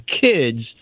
kids